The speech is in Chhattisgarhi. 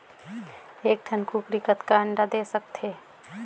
एक ठन कूकरी कतका अंडा दे सकथे?